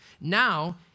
Now